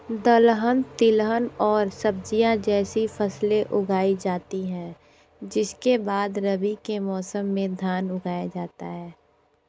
दलहन तिलहन और सब्जियाँ जैसी फसलें उगाई जाती हैं जिसके बाद रबी के मौसम में धान उगाया जाता है